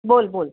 बोल बोल